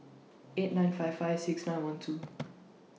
eight nine five five six nine one two